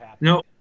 No